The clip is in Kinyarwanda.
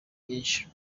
myinshi